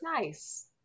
Nice